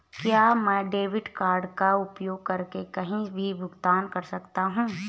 क्या मैं debit card का उपयोग करके कहीं भी भुगतान कर सकता हूं?